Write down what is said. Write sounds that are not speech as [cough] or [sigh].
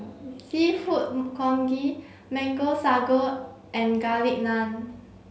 seafood [hesitation] congee mango sago and garlic naan